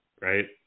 right